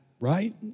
right